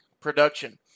production